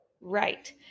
Right